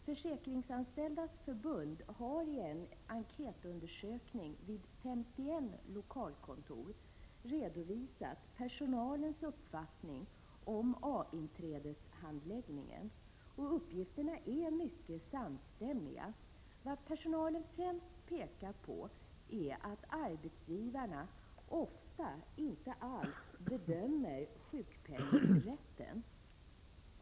Försäkringsanställdas förbund har i en enkätundersökning vid 51 lokalkontor redovisat personalens uppfattning om A-inträdeshandläggningen. Uppgifterna är mycket samstämmiga. Vad personalen främst pekar på är att arbetsgivarna ofta inte alls bedömer sjukpenningrätten.